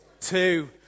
Two